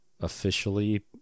officially